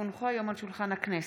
כי הונחו היום על שולחן הכנסת,